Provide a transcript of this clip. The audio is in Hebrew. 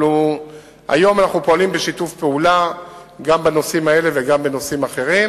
אנחנו פועלים בשיתוף פעולה גם בנושאים האלה וגם בנושאים אחרים,